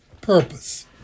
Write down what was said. purpose